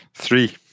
Three